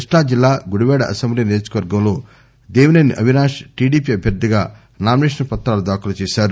కృష్ణా జిల్లాలో గుడివాడ అసెంబ్లీ నియోజకవర్గంలో దేవిసేని అవినాష్ టిడిపి అభ్యర్థిగా నామిసేషన్ పత్రాలు దాఖలు చేసారు